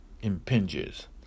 impinges